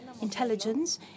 intelligence